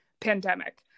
pandemic